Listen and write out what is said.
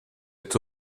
est